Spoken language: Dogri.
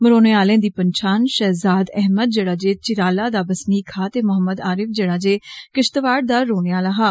मरौने आले दी पंछान षाहज़ाद अहमद जेड़ा जे चिरेला दा बसनीक हा ते मोहम्मद आरिफ जेडा जे किष्तवाड़ दा रौहने आहला हा